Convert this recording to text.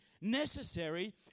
necessary